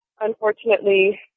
Unfortunately